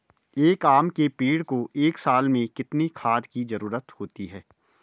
एक आम के पेड़ को एक साल में कितने खाद की जरूरत होती है?